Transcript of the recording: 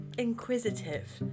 inquisitive